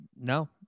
No